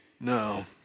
No